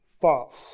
false